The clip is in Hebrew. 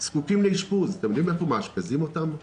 אתם יודעים איפה מאשפזים אותם?